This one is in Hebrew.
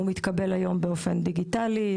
הוא מתקבל היום באופן דיגיטלי.